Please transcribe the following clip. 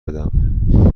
بدم